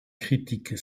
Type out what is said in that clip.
critique